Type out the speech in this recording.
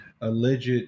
alleged